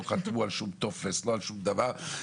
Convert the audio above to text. לא חתמו על שום טופס ועל שום דבר.